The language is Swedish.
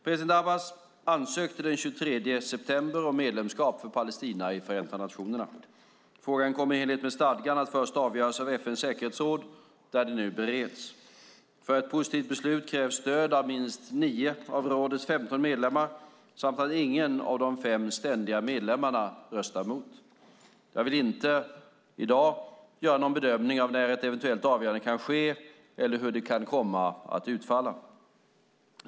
President Abbas ansökte den 23 september om medlemskap för Palestina i Förenta nationerna. Frågan kommer i enlighet med stadgan att först avgöras av FN:s säkerhetsråd, där den nu bereds. För ett positivt beslut krävs stöd av minst nio av rådets femton medlemmar samt att ingen av de fem ständiga medlemmarna röstar mot. Jag vill i dag inte göra någon bedömning av när ett eventuellt avgörande kan ske eller hur det kan komma att utfalla.